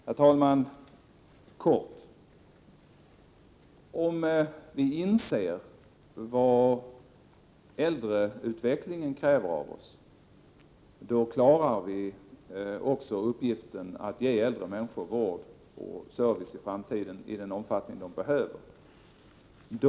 Herr talman! Låt mig kort säga: Om vi inser vad äldreutvecklingen kräver av oss, klarar vi också uppgiften att ge äldre människor vård och service i framtiden i den omfattning de behöver det.